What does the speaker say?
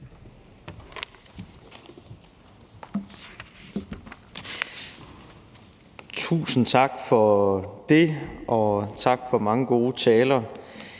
Tusind tak for det, og tak for mange gode taler.